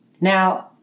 Now